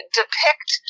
depict